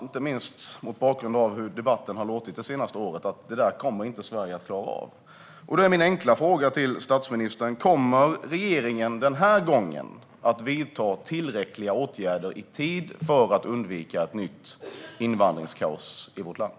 Inte minst mot bakgrund av hur debatten har låtit det senaste året förstår vi alla att detta kommer Sverige inte att klara. Kommer regeringen den här gången att vidta tillräckliga åtgärder i tid för att undvika ett nytt invandringskaos i vårt land?